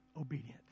obedient